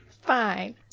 Fine